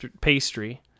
pastry